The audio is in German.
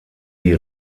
die